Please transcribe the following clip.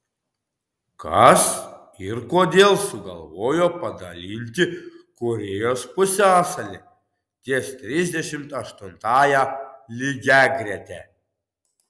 kas ir kodėl sugalvojo padalinti korėjos pusiasalį ties trisdešimt aštuntąja lygiagrete